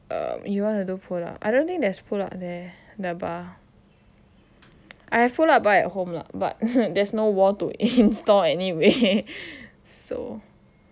um you wanna do pull up I don't think there's pull up there the bar I have pull up bar at home lah but there's no wall to install anyway so